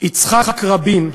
יצחק רבין,